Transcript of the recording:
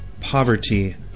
Poverty